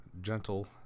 gentle